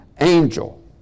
angel